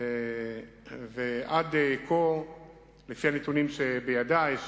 לפני הנתונים שבידי,